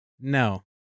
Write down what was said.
no